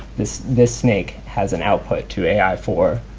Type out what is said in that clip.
this this snake has an output to ai four,